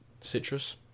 citrus